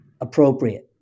appropriate